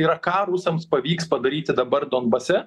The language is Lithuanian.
yra ką rusams pavyks padaryti dabar donbase